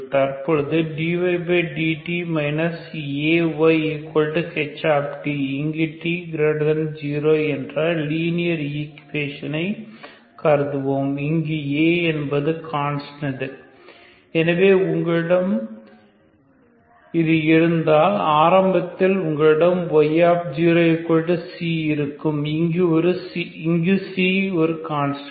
தற்பொழுது dydt Ayh இங்கு t0 என்ற லீனியர் ஈக்குவேஷனை கருதுவோம் இங்கு A என்பது கான்ஸ்டன்ட் எனவே உங்களிடம் இருந்தால் ஆரம்பத்தில் உங்களிடம் y0c இருக்கும் இங்கு c ஒரு கான்ஸ்டன்ட்